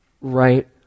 right